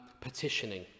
petitioning